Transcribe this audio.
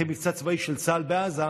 אחרי מבצע צבאי של צה"ל בעזה,